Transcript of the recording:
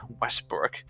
Westbrook